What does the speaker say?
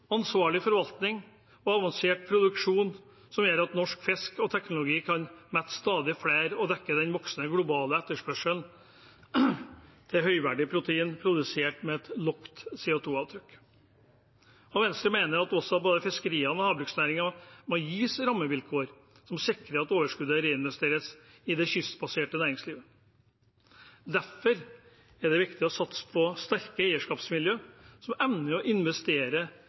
ansvarlig forvaltning og avansert produksjon som gjør at norsk fisk og teknologi kan mette stadig flere og dekke den voksende globale etterspørselen etter høyverdig protein produsert med lavt CO 2 -avtrykk. Venstre mener også at både fiskeriene og havbruksnæringene må gis rammevilkår som sikrer at overskuddet reinvesteres i det kystbaserte næringslivet. Derfor er det viktig å satse på sterke eierskapsmiljø som evner å investere